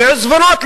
מעיזבונות,